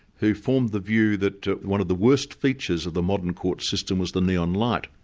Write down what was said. who formed the view that one of the worst features of the modern court system was the neon light.